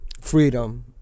freedom